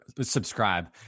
subscribe